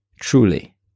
truly